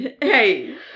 Hey